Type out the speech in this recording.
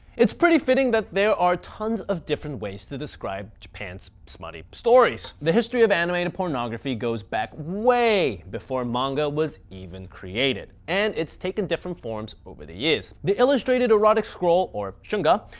it's pretty fitting that there are tons of different ways to describe japan's smutty stories. the history of animated pornography goes back waaaaay before manga was even created and it's taken different forms over the years. the illustrated erotic scroll, or shunga,